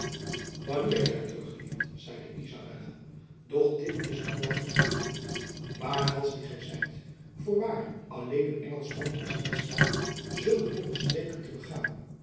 wanneer gy terugkeert zeide izabella doch dit is nog lang zoo zeker niet waaghals die gy zijt voorwaar alleen een engelschman is in staat zulke dolle streken te begaan